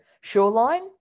shoreline